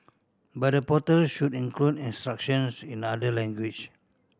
but the portal should include instructions in other language